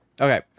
Okay